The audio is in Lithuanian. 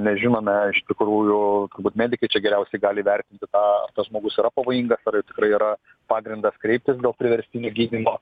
nežinome iš tikrųjų turbūt medikai čia geriausiai gali įvertinti tą ar tas žmogus yra pavojingas ar jau tikrai yra pagrindas kreiptis dėl priverstinio gydymo